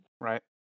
Right